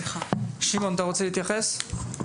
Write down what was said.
בבקשה, שמעון אבני.